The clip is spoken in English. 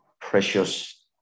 precious